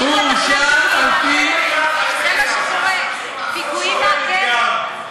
הוא הורשע על-פי, זה מה שקורה, פיגועים מהכלא.